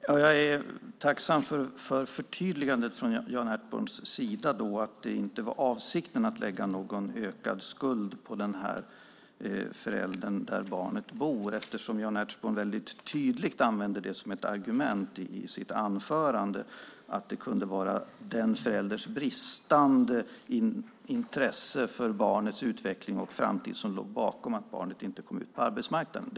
Herr talman! Jag är tacksam för förtydligandet från Jan Ertsborns sida att det inte var avsikten att lägga någon ökad skuld på den förälder som barnet bor hos. Jan Ertsborn använde väldigt tydligt som argument i sitt anförande att det kunde vara den förälderns bristande intresse för barnets utveckling och framtid som låg bakom att barnet inte kom ut på arbetsmarknaden.